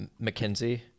mckinsey